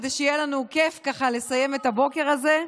כדי שיהיה לנו כיף לסיים את הבוקר הזה.